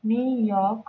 New York